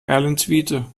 erlentwiete